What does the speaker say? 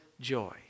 joy